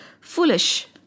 Foolish